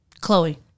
Chloe